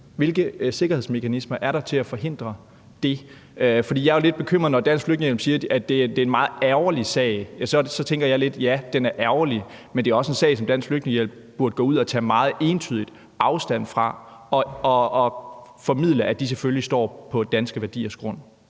Hvilke sikkerhedsmekanismer er der til at forhindre det? For jeg er jo lidt bekymret, når Dansk Flygtningehjælp siger, at det er en meget ærgerlig sag. Så tænker jeg lidt: Ja, den er ærgerlig. Men det er også en sag, som Dansk Flygtningehjælp burde gå ud at tage meget entydigt afstand fra; de burde formidle, at de selvfølgelig står på danske grundlæggende